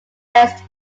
rest